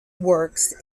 works